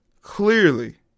Clearly